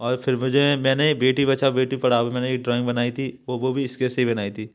और फ़िर मुझे मैंने बेटी बचाओ बेटी पढ़ाओ में मैंने एक ड्राइंग बनाई थी और वह भी स्केच से ही बनाई थी